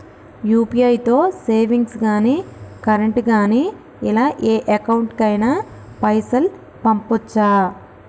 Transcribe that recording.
UPI తో savings గాని current గాని ఇలా ఏ అకౌంట్ కైనా పైసల్ పంపొచ్చా?